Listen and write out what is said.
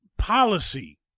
policy